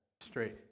Straight